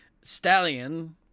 stallion